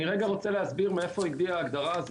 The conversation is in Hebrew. אני רוצה להסביר מאיפה הגיעה ההגדרה הזאת.